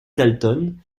dalton